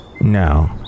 No